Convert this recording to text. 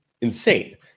insane